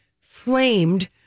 flamed